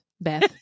Beth